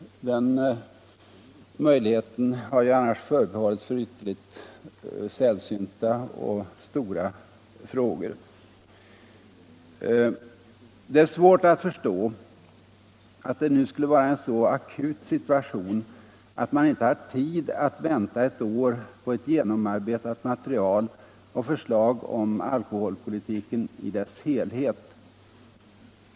Den möjligheten har ju annars förebehållits mycket sällsynta och stora frågor. Det är svårt att förstå att det nu skulle vara en så akut situation att man inte har tid att vänta ett år på ett genomarbetat material och förslag om alkoholpolitiken i dess helhet.